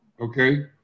okay